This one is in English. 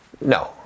No